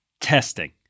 testing